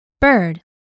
bird